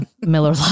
Miller